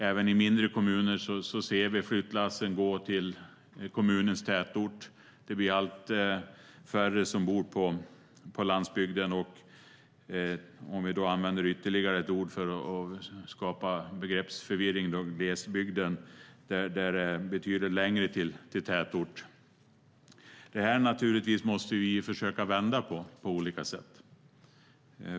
Även i mindre kommuner ser vi hur flyttlassen går till kommunens tätort. Det blir allt färre som bor på landsbygden eller glesbygden, om vi använder ytterligare ett ord för att skapa begreppsförvirring. Det betyder att det är betydligt längre till tätort. Detta måste vi naturligtvis försöka vända på olika sätt.